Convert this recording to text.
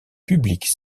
publique